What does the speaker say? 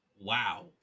wow